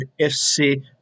FC